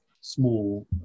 small